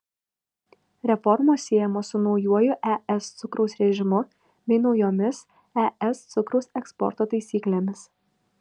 reformos siejamos su naujuoju es cukraus režimu bei naujomis es cukraus eksporto taisyklėmis